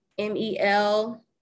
Mel